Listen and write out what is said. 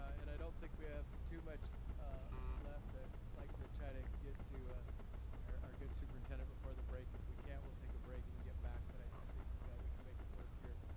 and i don't think we have too much ah left, i'd ah like to try to get to our our good superintendent before the break. if we can't, we'll take a break and get back, but i think we could make it work here.